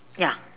ya